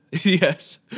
yes